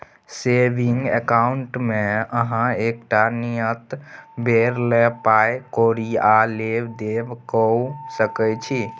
saving अकाउंटमे अहाँ एकटा नियत बेर लेल पाइ कौरी आ लेब देब कअ सकै छी